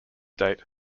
date